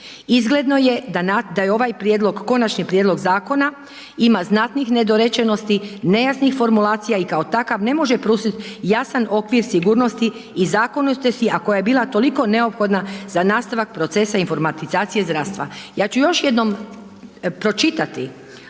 Izgledno je da je ovaj prijedlog, konačni prijedlog zakona ima znatnih nedorečenosti, nejasnih formulacija i kao takav ne može pružiti jasan okvir sigurnosti i zakonitosti a koja je bila toliko neophodna za nastavak procesa informatizacije zdravstva. Ja ću još jednom pročitati,